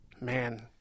man